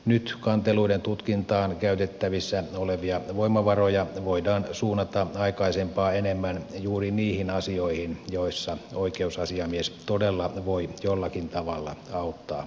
nyt kanteluiden tutkintaan käytettävissä olevia voimavaroja voidaan suunnata aikaisempaa enemmän juuri niihin asioihin joissa oikeusasiamies todella voi jollakin tavalla auttaa kantelijaa